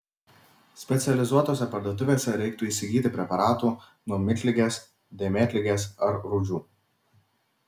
specializuotose parduotuvėse reiktų įsigyti preparatų nuo miltligės dėmėtligės ar rūdžių